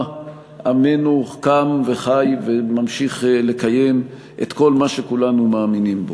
עמנו קם וחי וממשיך לקיים את כל מה שכולנו מאמינים בו,